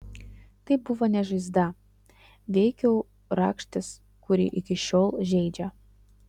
tai buvo ne žaizda veikiau rakštis kuri iki šiol žeidžia